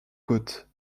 côtes